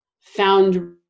found